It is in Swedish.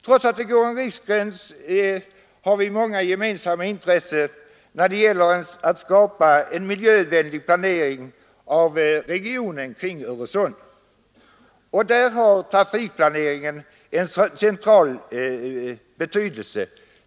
Trots att det här går en riksgräns har vi många gemensamma intressen när det gäller att skapa en miljövänlig planering av regionen kring Öresund. Därvid har trafikplaneringen en central betydelse.